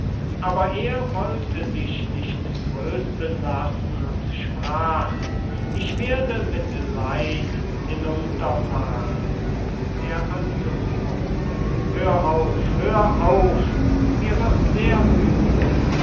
aber er wollte sich nicht trösten lassen und sprach ich werde mit leid hinunterfahren d a moor hör auf hör auf mir wird sehr übel